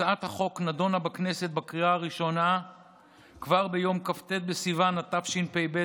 הצעת החוק נדונה בכנסת בקריאה הראשונה כבר ביום כ"ט בסיוון התשפ"ב,